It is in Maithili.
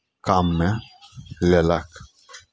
काममे लेलक